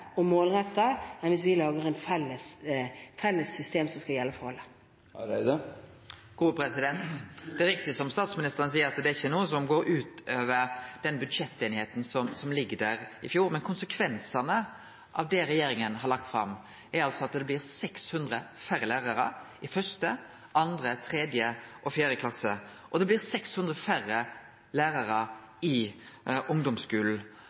vi lager et felles system som skal gjelde for alle. Det er riktig, som statsministeren seier, at det ikkje er noko som går ut over den budsjettsemja som ligg der frå i fjor, men konsekvensane av det regjeringa har lagt fram, er at det blir 600 færre lærarar i 1., 2., 3. og 4. klasse og 600 færre lærarar